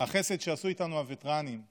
החסד שעשו איתנו הווטרנים.